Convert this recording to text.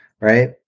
Right